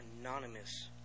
anonymous